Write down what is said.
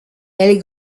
elle